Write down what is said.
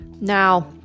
Now